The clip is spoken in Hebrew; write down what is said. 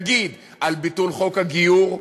נגיד על ביטול חוק הגיור,